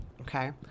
Okay